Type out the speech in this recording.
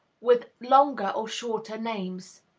with longer or shorter names.